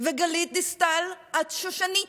וגלית דיסטל, את שושנית,